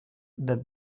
that